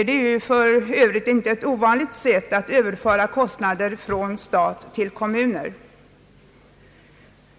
Det är för övrigt ett inte ovanligt sätt att överföra kostnader från staten till kommuner.